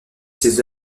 ses